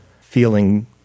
feeling